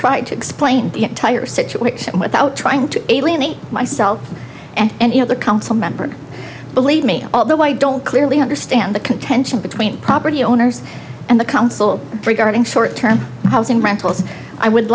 try to explain the entire situation without trying to alienate myself and you know the council member believe me although i don't clearly understand the contention between property owners and the council regarding short term housing rentals i would